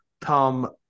Tom